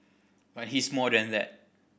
but he's more than that